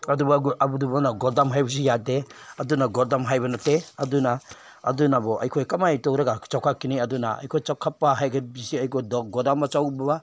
ꯑꯗꯨꯕꯨ ꯑꯗꯨꯕꯨ ꯑꯩꯈꯣꯏꯅ ꯒꯣꯗꯥꯎꯟ ꯍꯥꯏꯕꯁꯤ ꯌꯥꯗꯦ ꯑꯗꯨꯅ ꯒꯣꯗꯥꯎꯟ ꯍꯥꯏꯕ ꯅꯠꯇꯦ ꯑꯗꯨꯅ ꯑꯗꯨꯅꯕꯨ ꯑꯩꯈꯣꯏ ꯀꯃꯥꯏ ꯇꯧꯔꯒ ꯆꯥꯎꯈꯠꯀꯅꯤ ꯑꯗꯨꯅ ꯑꯩꯈꯣꯏ ꯆꯥꯎꯈꯠꯄ ꯍꯥꯏꯒꯗꯕꯁꯤ ꯑꯩꯈꯣꯏ ꯒꯣꯗꯥꯎꯟ ꯑꯆꯧꯕ